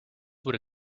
would